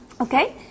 Okay